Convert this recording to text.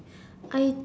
I